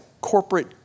corporate